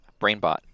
Brainbot